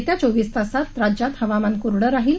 येत्या चोवीस तासात राज्यात हवामान कोऱडे राहील